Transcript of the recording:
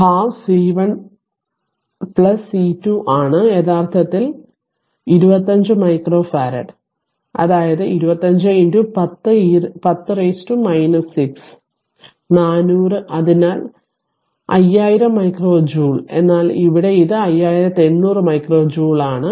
12 C1 C 2 ആണ് യഥാർത്ഥത്തിൽ 25 micro farad അതായത് 25 10 6 400 അതിനാൽ 5000 മൈക്രോ ജൂൾ എന്നാൽ ഇവിടെ ഇത് 5800 മൈക്രോ ജൂൾ ആണ്